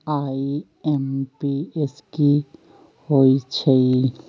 IMPS की होईछइ?